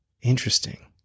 Interesting